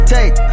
Take